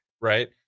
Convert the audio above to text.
right